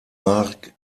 marc